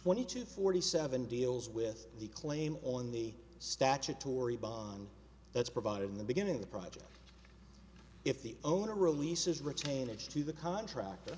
twenty two forty seven deals with the claim on the statutory bond that's provided in the beginning of the project if the owner releases retain its to the contract